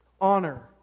Honor